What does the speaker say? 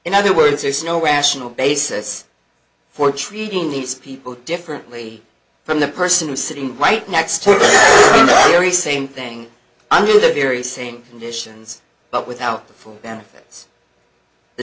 in other words there is no rational basis for treating these people differently from the person sitting right next to the same thing i'm doing the very same conditions but without the full benefits the